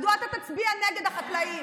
מדוע אתה תצביע נגד החקלאים?